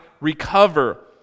recover